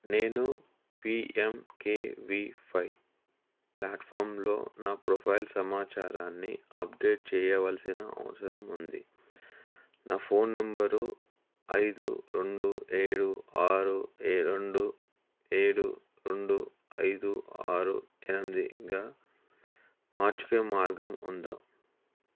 నేను పీఎంకేవీవై ప్లాట్ఫాంలో నా ప్రొఫైల్ సమాచారాన్ని అప్డేట్ చేయవలసిన అవసరం ఉంది నా ఫోన్ నెంబరు ఐదు రెండు ఏడు ఆరు ఏ రెండు ఏడు రెండు ఐదు ఆరు ఎనిమిదిగా మార్చుకునే మార్గం ఉందా